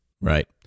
Right